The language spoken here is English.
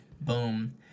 Boom